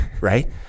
right